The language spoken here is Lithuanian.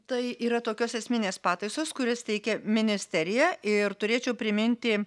tai yra tokios esminės pataisos kurias teikia ministerija ir turėčiau priminti